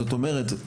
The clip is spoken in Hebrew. זאת אומרת,